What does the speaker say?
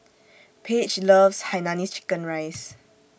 Page loves Hainanese Chicken Rice